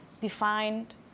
defined